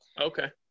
okay